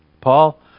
Paul